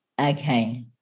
Okay